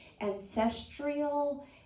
ancestral